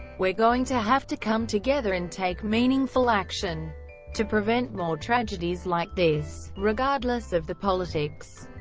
we're going to have to come together and take meaningful action to prevent more tragedies like this, regardless of the politics.